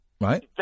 right